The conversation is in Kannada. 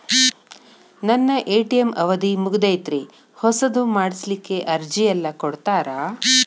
ನನ್ನ ಎ.ಟಿ.ಎಂ ಅವಧಿ ಮುಗದೈತ್ರಿ ಹೊಸದು ಮಾಡಸಲಿಕ್ಕೆ ಅರ್ಜಿ ಎಲ್ಲ ಕೊಡತಾರ?